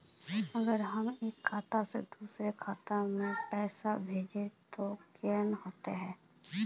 अगर हमरा एक खाता से दोसर खाता में पैसा भेजोहो के है तो केना होते है?